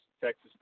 Texas